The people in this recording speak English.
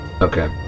Okay